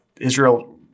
Israel